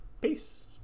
peace